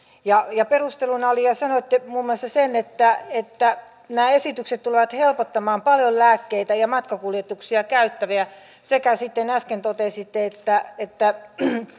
perusteluna sanoitte muun muassa sen että että nämä esitykset tulevat helpottamaan paljon lääkkeitä ja matkakuljetuksia käyttäviä sekä sitten äsken totesitte että että